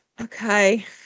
okay